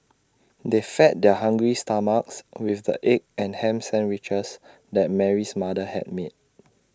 they fed their hungry stomachs with the egg and Ham Sandwiches that Mary's mother had made